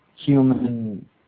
human